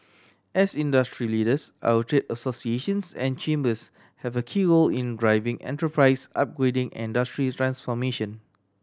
as industry leaders our trade associations and chambers have a key role in driving enterprise upgrading and industry transformation